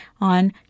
on